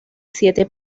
siete